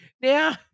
Now